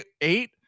eight